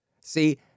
See